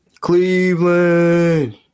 Cleveland